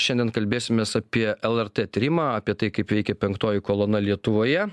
šiandien kalbėsimės apie lrt tyrimą apie tai kaip veikia penktoji kolona lietuvoje